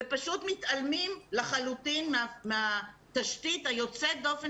ופשוט מתעלמים לחלוטין מהתשתית היוצאת דופן